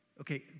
Okay